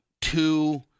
two